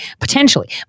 potentially